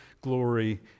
glory